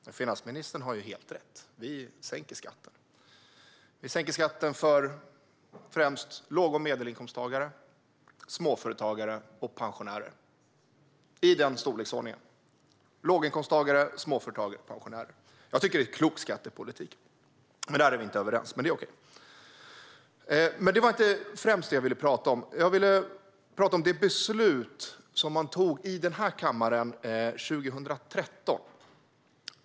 Fru talman! Finansministern har helt rätt - vi sänker skatten. Vi sänker skatten för främst låg och medelinkomsttagare, småföretagare och pensionärer, i den storleksordningen. Jag tycker att det är en klok skattepolitik. Där är vi inte överens, men det är okej. Men det var inte främst det jag ville prata om. Jag vill prata om ett beslut som man tog i den här kammaren 2013.